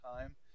time